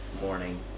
morning